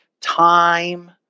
time